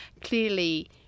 Clearly